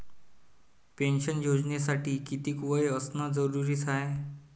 Pension योजनेसाठी कितीक वय असनं जरुरीच हाय?